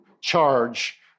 charge